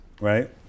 Right